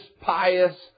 pious